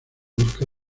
busca